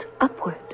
upward